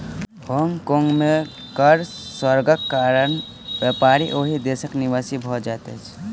Hong Kong में कर स्वर्गक कारण व्यापारी ओहि देशक निवासी भ जाइत अछिं